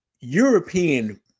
European